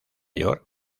york